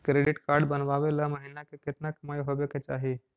Credit card बनबाबे ल महीना के केतना कमाइ होबे के चाही?